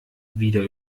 wieder